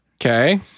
Okay